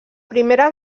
primera